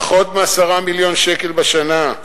פחות מ-10 מיליון שקל בשנה,